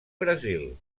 brasil